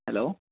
hello